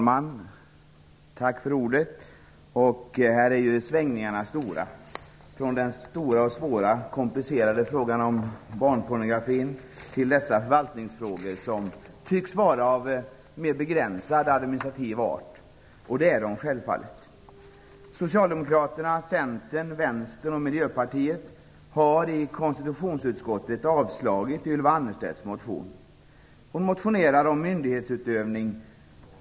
Herr talman! Här är svängningarna stora från den stora, svåra och komplicerade frågan om barnpornografi till dessa förvaltningsfrågor som tycks vara av mer begränsad administrativ art. Miljöpartiet har i konstitutionsutskottet avstyrkt Ylva Annerstedts motion. Hon motionerar om myndighetsutövning.